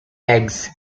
eggs